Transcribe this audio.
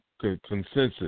consensus